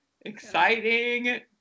exciting